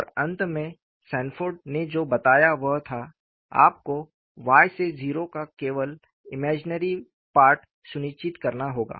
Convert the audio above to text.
और अंत में सैनफोर्ड ने जो बताया वह था आपको y से 0 का केवल काल्पनिक भाग सुनिश्चित करना होगा